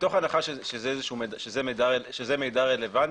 מתוך הנחה שזה מידע רלוונטי,